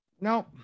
No